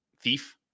thief